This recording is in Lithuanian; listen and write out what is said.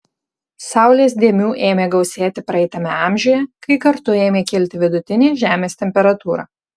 saulės dėmių ėmė gausėti praeitame amžiuje kai kartu ėmė kilti vidutinė žemės temperatūra